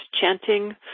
chanting